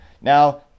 Now